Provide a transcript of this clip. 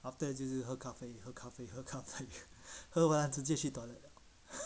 after that 就是喝咖啡喝咖啡喝咖啡喝完了直接去 toilet